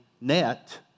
net